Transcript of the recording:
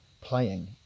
playing